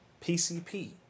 PCP